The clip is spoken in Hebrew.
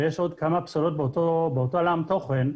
ויש עוד כמה פסולות באותו עולם תוכן,